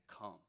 come